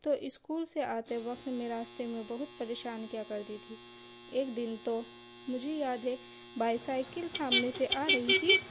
تو اسکول سے آتے وقت میں راستے میں بہت پریشان کیا کرتی تھی ایک دن تو مجھے بھی یاد ہے بائی سائیکل سامنے سے آ رہی تھی